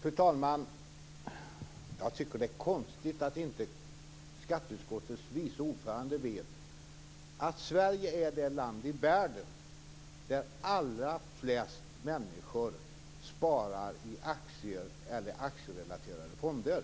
Fru talman! Jag tycker att det är konstigt att inte skatteutskottets vice ordförande vet att Sverige är det land i världen där flest människor sparar i aktier eller i aktierelaterade fonder.